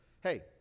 hey